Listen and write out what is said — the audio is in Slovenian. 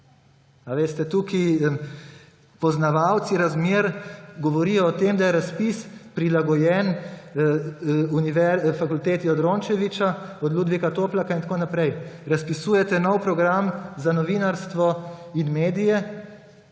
Poznavalci razmer govorijo o tem, da je razpis prilagojen fakulteti Rončevića, Ludvika Toplaka in tako naprej. Razpisujete nov program za novinarstvo in medije,